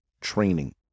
Training